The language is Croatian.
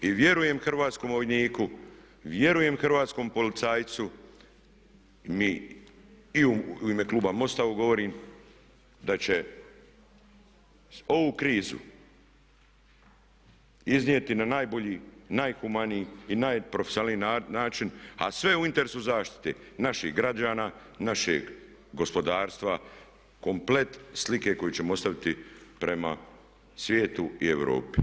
I vjerujem hrvatskom vojniku, vjerujem hrvatskom policajcu i u ime kluba MOST-a ovo govorim da će ovu krizu iznijeti na najbolji, najhumaniji i najprofesionalniji način a sve u interesu zaštite naših građana, našeg gospodarstva, komplet slike koju ćemo ostaviti prema svijetu i Europi.